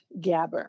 gabber